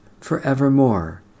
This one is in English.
forevermore